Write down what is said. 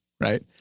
Right